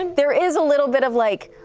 and there is a little bit of like,